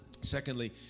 Secondly